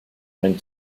went